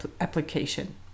application